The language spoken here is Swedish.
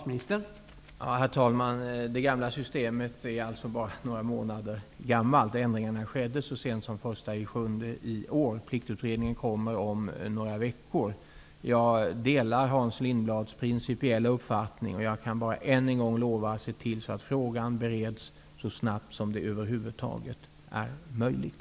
Herr talman! Det ''gamla'' systemet är bara några månader gammalt. Ändringarna skedde så sent som den 1 juli i år. Pliktutredningen kommer med sina förslag om några veckor. Jag delar Hans Lindblads principiella uppfattning. Jag kan bara än en gång lova att se till att frågan bereds så snabbt som det över huvud taget är möjligt.